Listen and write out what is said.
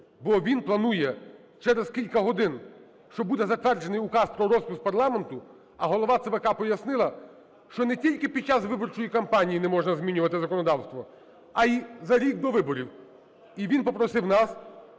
бо він планує через кілька годин, що буде затверджений Указ про розпуск парламенту, а голова ЦВК пояснила, що не тільки під час виборчої кампанії не можна змінювати законодавство, а й за рік до виборів. І він попросив нас,